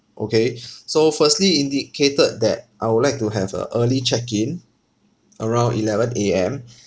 okay so firstly indicated that I would like to have a early check in around eleven A_M